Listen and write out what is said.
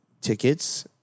tickets